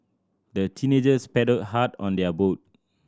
the teenagers paddled hard on their boat